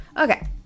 Okay